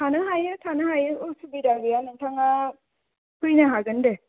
थानो हायो थानो हायो उसुबिदा गैया नोथाङा फैनो हागोन दे